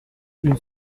une